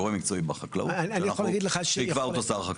גורם מקצועי בחקלאות שיקבע אותו שר החקלאות.